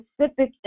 specific